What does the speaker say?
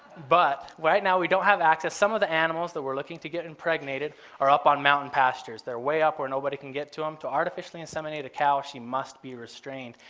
but right now we don't have access some of the animals that we're looking to get impregnated are up on mountain pastures. they're way up where nobody can get to them. to artificially inseminate a cow, she must be restrained,